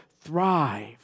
thrive